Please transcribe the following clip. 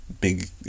big